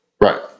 Right